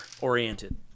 oriented